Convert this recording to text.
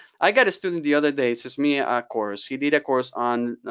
i got a student the other day, sends me a ah course. he did a course on